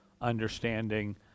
understanding